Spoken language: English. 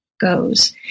goes